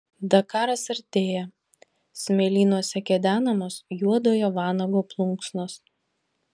dakaras artėja smėlynuose kedenamos juodojo vanago plunksnos